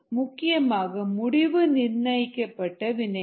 முக்கியமாக முடிவு நிர்ணயிக்கப்பட்ட வினைகள்